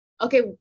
okay